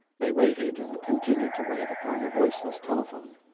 they waited, and continued to wait, upon the voiceless telephone.